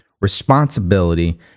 responsibility